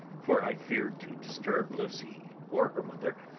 for i feared to disturb lucy or her mother,